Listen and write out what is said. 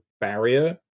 barrier